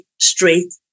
straight